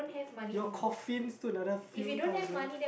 your coffin still another few thousand